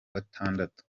gatandatu